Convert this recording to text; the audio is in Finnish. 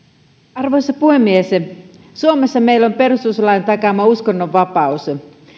arvoisa puhemies suomessa meillä on perustuslain takaama uskonnonvapaus